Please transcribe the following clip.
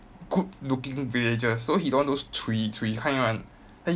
good looking villagers so he don't want those cui cui kind [one]